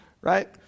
Right